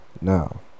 Now